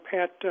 Pat